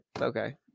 Okay